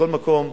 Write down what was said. מכל מקום,